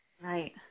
Right